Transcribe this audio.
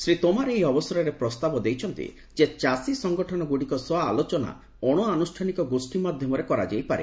ଶ୍ରୀ ତୋମାର ଏହି ଅବସରରେ ପ୍ରସ୍ତାବ ଦେଇଛନ୍ତି ଯେ ଚାଷୀ ସଂଗଠନ ଗୁଡ଼ିକ ସହ ଆଲୋଚନା ଅଣ ଆନୁଷ୍ଠାନିକ ଗୋଷ୍ଠୀ ମାଧ୍ୟମରେ କରାଯାଇପାରେ